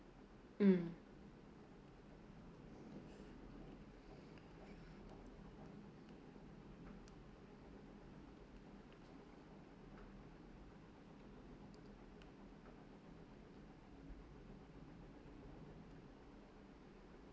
mm